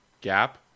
gap